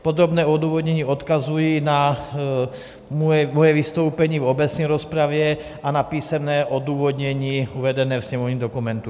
Podobné odůvodnění odkazuji na moje vystoupení v obecné rozpravě a na písemné odůvodnění uvedené ve sněmovním dokumentu.